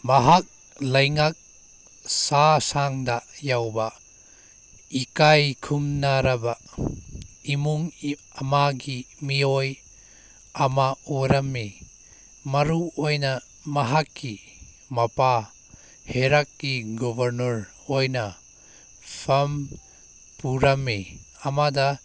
ꯃꯍꯥꯛ ꯂꯩꯉꯥꯛ ꯁꯥꯁꯟꯗ ꯌꯥꯎꯕ ꯏꯀꯥꯏ ꯈꯨꯝꯅꯔꯕ ꯏꯃꯨꯡ ꯑꯃꯒꯤ ꯃꯤꯑꯣꯏ ꯑꯃ ꯑꯣꯏꯔꯝꯃꯤ ꯃꯔꯨꯑꯣꯏꯅ ꯃꯍꯥꯛꯀꯤ ꯃꯄꯥ ꯍꯦꯔꯛꯀꯤ ꯒꯣꯕꯔꯅꯔ ꯑꯣꯏꯅ ꯐꯝ ꯄꯨꯔꯝꯃꯤ ꯑꯃꯗ